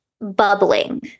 bubbling